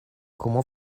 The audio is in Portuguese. como